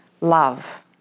love